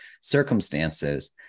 circumstances